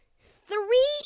three